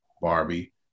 barbie